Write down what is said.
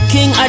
King